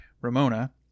Ramona